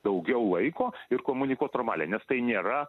daugiau laiko ir komunikuot normaliai nes tai nėra